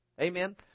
Amen